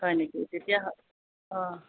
হয় নেকি তেতিয়া অঁ